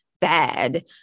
bad